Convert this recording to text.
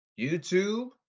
YouTube